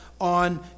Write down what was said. on